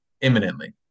imminently